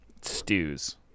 stews